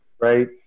right